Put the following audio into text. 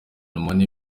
money